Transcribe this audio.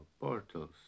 portals